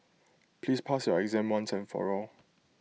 please pass your exam once and for all